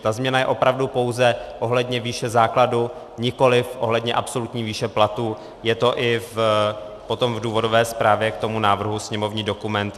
Ta změna je opravdu pouze ohledně výše základu, nikoliv ohledně absolutní výše platu, je to i potom v důvodové zprávě k tomu návrhu, sněmovní dokument 1523.